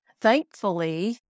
Thankfully